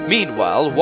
Meanwhile